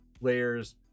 Layers